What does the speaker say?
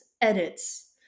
edits